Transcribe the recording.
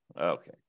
Okay